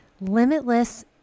limitless